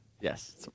Yes